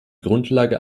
grundlage